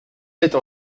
êtes